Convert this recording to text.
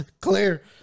clear